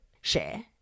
share